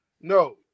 No